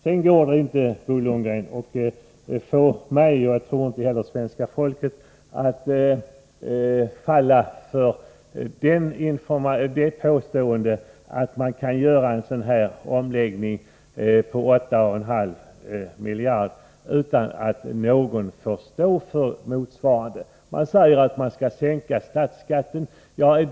Det går inte, Bo Lundgren, att få mig — och inte heller svenska folket, skulle jag tro — att falla för påståendet att man kan göra en sådan här omläggning på 8,5 miljarder utan att någon får stå för det. Man säger att statsskatten skall sänkas.